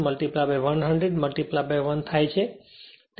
તેથી 50 10 ની ઘાત 3 વોટ થાય છે